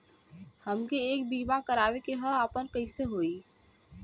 हमके एक बीमा करावे के ह आपन कईसे होई?